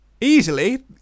Easily